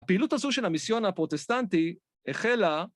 פעילות הזו של המיסיון הפרוטסטנטי החלה...